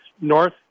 north